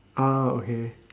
ah okay